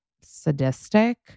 sadistic